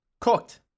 Cooked